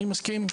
אני מסכים,